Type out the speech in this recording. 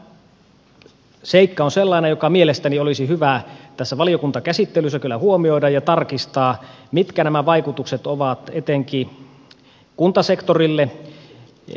tämä seikka on sellainen joka mielestäni olisi hyvä tässä valiokuntakäsittelyssä kyllä huomioida ja pitäisi tarkistaa mitkä nämä vaikutukset ovat etenkin kuntasektorille